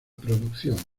producción